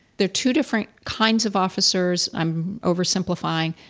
there are two different kinds of officers, i'm oversimplifying,